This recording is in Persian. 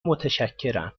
متشکرم